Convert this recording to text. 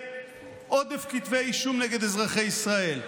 ולעודף כתבי אישום נגד אזרחי ישראל.